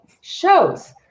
shows